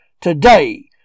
Today